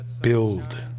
build